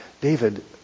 David